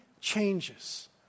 changes